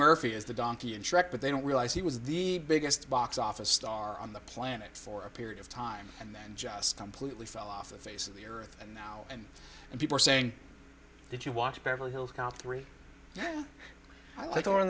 murphy as the donkey in shrek but they don't realize he was the biggest box office star on the planet for a period of time and then just completely fell off the face of the earth and now and and people are saying that you watch beverly hills cop three yeah i like